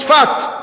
צפת,